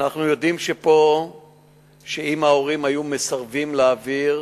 אנחנו יודעים שאם ההורים היו מסרבים להעביר,